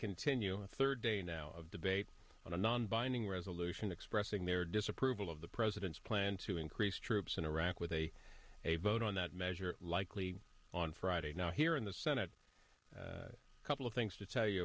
continue a third day now of debate on a non binding resolution expressing their disapproval of the president's plan to increase troops in iraq with a a vote on that measure likely on friday now here in the senate a couple of things to tell you